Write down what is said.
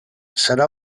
serà